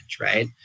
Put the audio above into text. right